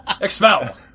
Expel